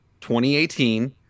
2018